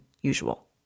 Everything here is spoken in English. usual